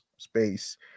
space